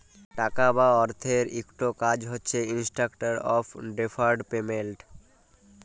টাকা বা অথ্থের ইকট কাজ হছে ইস্ট্যান্ডার্ড অফ ডেফার্ড পেমেল্ট